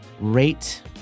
rate